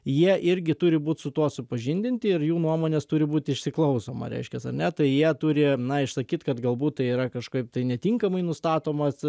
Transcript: jie irgi turi būt su tuo supažindinti ir jų nuomonės turi būt išsiklausoma reiškias ar ne tai jie turi na išsakyt kad galbūt tai yra kažkaip tai netinkamai nustatomas